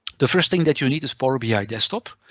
the first thing that you need is power bi desktop.